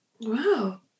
Wow